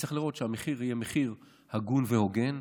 נצטרך לראות שהמחיר יהיה מחיר הגון והוגן.